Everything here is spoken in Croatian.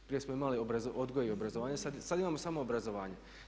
Prije smo imali odgoj i obrazovanje sad imamo samo obrazovanje.